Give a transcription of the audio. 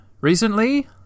Recently